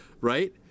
right